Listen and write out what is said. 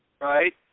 Right